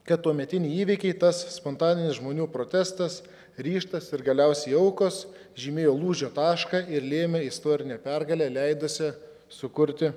kad tuometiniai įvykiai tas spontaninis žmonių protestas ryžtas ir galiausiai aukos žymėjo lūžio tašką ir lėmė istorinę pergalę leidusią sukurti